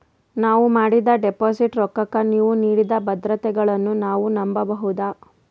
ನಾವು ಮಾಡಿದ ಡಿಪಾಜಿಟ್ ರೊಕ್ಕಕ್ಕ ನೀವು ನೀಡಿದ ಭದ್ರತೆಗಳನ್ನು ನಾವು ನಂಬಬಹುದಾ?